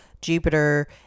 Jupiter